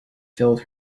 filled